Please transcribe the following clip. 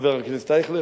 חבר הכנסת אייכלר,